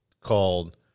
called